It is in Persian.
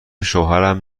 شوهرم